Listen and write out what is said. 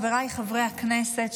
חבריי חברי הכנסת,